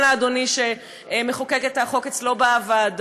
גם לאדוני שמחוקק את החוק אצלו בוועדה,